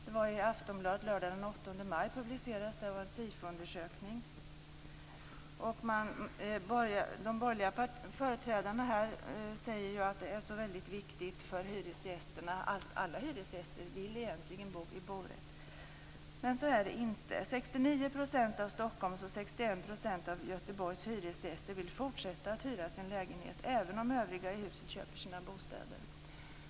Jag vet inte om ni har sett den undersökningen. De borgerliga företrädarna här säger ju att alla hyresgäster egentligen vill bo i en borätt. Men så är det inte. 69 % av Stockholms hyresgäster och 61 % av Göteborgs hyresgäster vill fortsätta att hyra sina lägenheter även om de övriga i huset köper sina bostäder.